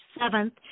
seventh